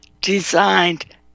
designed